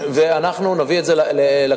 ואנחנו נביא את זה לכנסת.